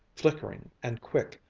flickering and quick,